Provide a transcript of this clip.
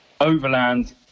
overland